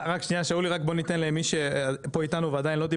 נמצא איתנו אור בן נון.